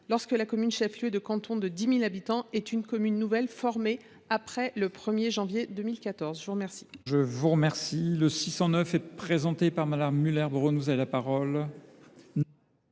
lorsque la commune chef lieu de canton de 10 000 habitants est une commune nouvelle formée après le 1 janvier 2014. L’amendement